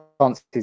chances